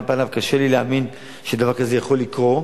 ועל פניו קשה לי להאמין שדבר כזה יכול לקרות,